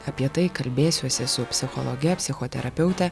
apie tai kalbėsiuosi su psichologe psichoterapeute